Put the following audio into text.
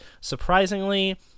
surprisingly